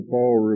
Paul